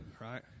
right